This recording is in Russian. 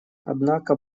однако